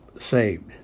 saved